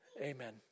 Amen